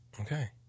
Okay